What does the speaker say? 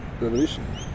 Revolution